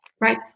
right